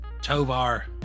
tovar